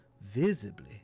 visibly